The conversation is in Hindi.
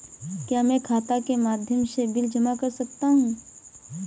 क्या मैं खाता के माध्यम से बिल जमा कर सकता हूँ?